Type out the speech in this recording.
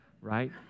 right